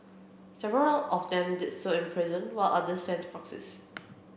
several of them did so in person while others sent proxies